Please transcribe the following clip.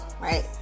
right